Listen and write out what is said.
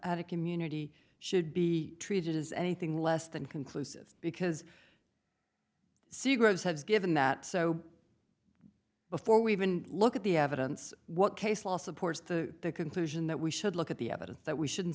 at a community should be treated as anything less than conclusive because seagram's has given that so before we even look at the evidence what case law supports the conclusion that we should look at the evidence that we shouldn't